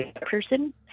person